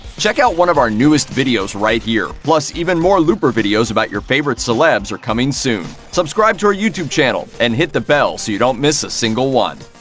check out one of our newest videos right here! plus, even more looper videos about your favorite celebs are coming soon. subscribe to our youtube channel and hit the bell so you don't miss a single one.